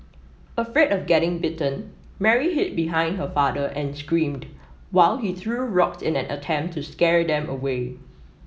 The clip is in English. afraid of getting bitten Mary hid behind her father and screamed while he threw rocks in an attempt to scare them away